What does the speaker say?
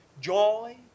Joy